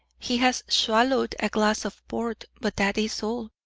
he has swallowed a glass of port, but that is all.